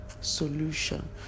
solution